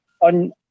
on